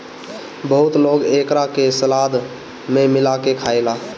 बहुत लोग एकरा के सलाद में मिला के खाएला